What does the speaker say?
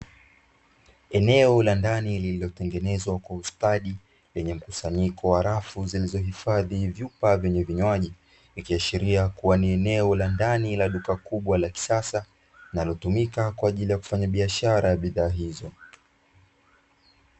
Eneo la ndani lililotengenezwa kwa ustadi, lenye mkusanyiko wa rafu zilizohifadhi vyupa vyenye vinywaji, likiashiria kuwa ni eneo la ndani la duka kubwa la kisasa, linalotumika kwa ajili ya kufanya biashara ya bidhaa hizo.